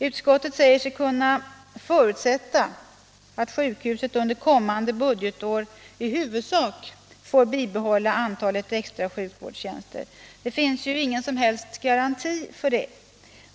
Utskottet säger sig kunna förutsätta att sjukhuset under kommande budgetår i huvudsak får behålla antalet extra sjukvårdstjänster. Det finns emellertid ingen som helst garanti för detta.